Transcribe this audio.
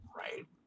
right